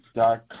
dot